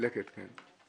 "לקט", כן.